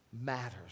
matters